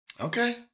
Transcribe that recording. Okay